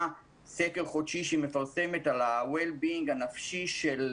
סקר חודשי על ה- well beingהנפשי של